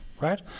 right